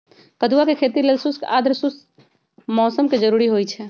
कदुआ के खेती लेल शुष्क आद्रशुष्क मौसम कें जरूरी होइ छै